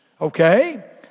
okay